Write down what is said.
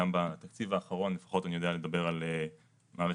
אנחנו לא מתכוונות לעצור,